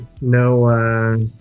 No